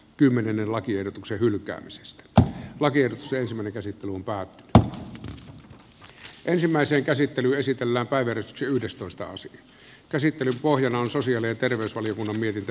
kymmenennen lakiehdotuksen hylkäämisestä että laki edes löysimme ne käsittelun pää ko yt ensimmäisen käsittelyn esittämä waivers yhdestoista asian käsittelyn pohjana on sosiaali ja terveysvaliokunnan mietintö